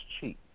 cheap